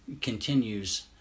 Continues